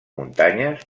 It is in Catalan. muntanyes